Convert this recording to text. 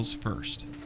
first